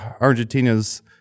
Argentina's